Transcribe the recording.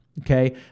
Okay